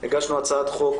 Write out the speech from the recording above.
הגשנו הצעת חוק,